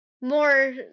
more